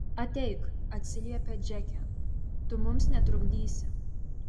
ateik atsiliepia džeke tu mums netrukdysi